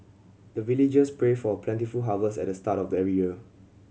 the villagers pray for plentiful harvest at the start of the every year